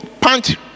punch